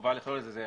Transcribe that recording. חובה לכלול את זה,